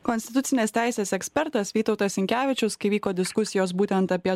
konstitucinės teisės ekspertas vytautas sinkevičius kai vyko diskusijos būtent apie